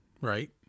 right